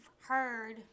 heard